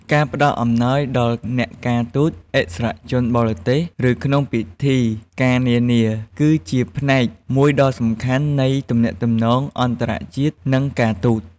ការផ្តល់អំណោយដល់អ្នកការទូត ឥស្សរជនបរទេស ឬក្នុងពិធីការនានា គឺជាផ្នែកមួយដ៏សំខាន់នៃទំនាក់ទំនងអន្តរជាតិ និងការទូត។